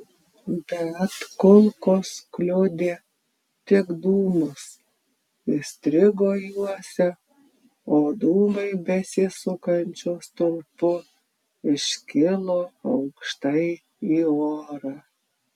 bet kulkos kliudė tik dūmus įstrigo juose o dūmai besisukančiu stulpu iškilo aukštai į orą